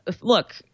look